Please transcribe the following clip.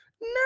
no